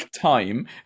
time